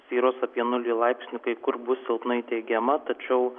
svyruos apie nulį laipsnių kai kur bus silpnai teigiama tačiau